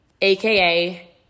aka